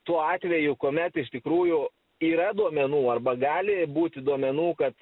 tuo atveju kuomet iš tikrųjų yra duomenų arba gali būti duomenų kad